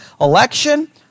Election